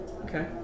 Okay